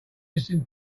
listen